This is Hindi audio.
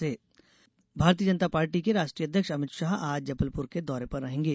अमित शाह भारतीय जनता पार्टी जे राष्ट्रीय अध्यक्ष अमित शाह आज जबलपुर के दौरे पर रहेंगे